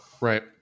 right